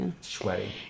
sweaty